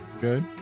good